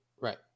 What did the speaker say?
right